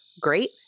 great